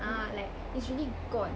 al like it's really gone